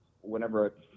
whenever